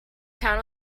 town